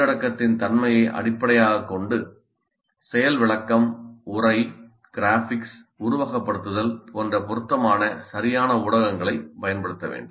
உள்ளடக்கத்தின் தன்மையை அடிப்படையாகக் கொண்டு செயல் விளக்கம் உரை கிராபிக்ஸ் உருவகப்படுத்துதல் போன்ற பொருத்தமான சரியான ஊடகங்களைப் பயன்படுத்த வேண்டும்